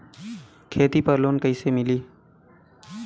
खेती पर लोन कईसे मिली?